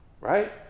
Right